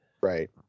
right